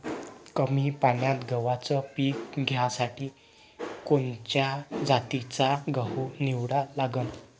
कमी पान्यात गव्हाचं पीक घ्यासाठी कोनच्या जातीचा गहू निवडा लागन?